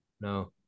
No